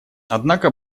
однако